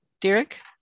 Derek